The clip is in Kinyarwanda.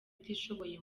utishoboye